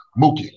Mookie